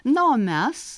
na o mes